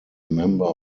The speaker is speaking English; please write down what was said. member